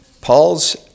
Paul's